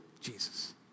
Jesus